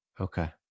Okay